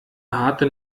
harte